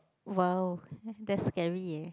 !wow! that's scary eh